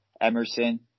Emerson